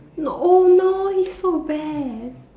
no oh no he's so bad